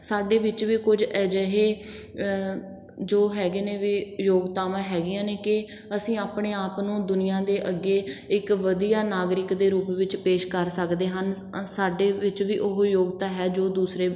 ਸਾਡੇ ਵਿੱਚ ਵੀ ਕੁਝ ਅਜਿਹੇ ਜੋ ਹੈਗੇ ਨੇ ਵੀ ਯੋਗਤਾਵਾਂ ਹੈਗੀਆਂ ਨੇ ਕਿ ਅਸੀਂ ਆਪਣੇ ਆਪ ਨੂੰ ਦੁਨੀਆ ਦੇ ਅੱਗੇ ਇੱਕ ਵਧੀਆ ਨਾਗਰਿਕ ਦੇ ਰੂਪ ਵਿੱਚ ਪੇਸ਼ ਕਰ ਸਕਦੇ ਹਨ ਅ ਸਾਡੇ ਵਿੱਚ ਵੀ ਉਹ ਯੋਗਤਾ ਹੈ ਜੋ ਦੂਸਰੇ